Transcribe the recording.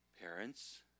Parents